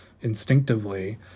instinctively